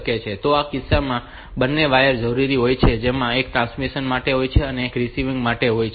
તો આ કિસ્સામાં બે વાયર જરૂરી હોય છે જેમાં એક ટ્રાન્સમિશન માટે હોય છે અને એક રીસીવિંગ માટે હોય છે